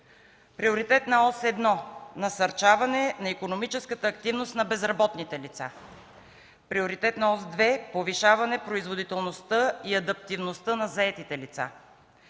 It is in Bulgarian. Приоритетна ос 1: насърчаване на икономическата активност на безработните лица; - Приоритетна ос 2: повишаване на производителността и адаптивността на заетите лица;